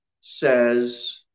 says